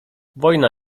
wojna